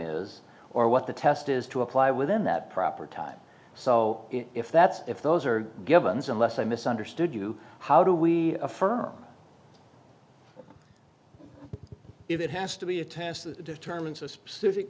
is or what the test is to apply within that proper time so if that's if those are givens unless i misunderstood you how do we affirm it it has to be a test that determines a specific